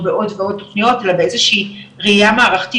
הוא בעוד ועוד תוכניות באיזושהי ראייה מערכתית